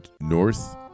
North